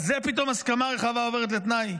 איך פתאום הסכמה רחבה עוברת לתנאי?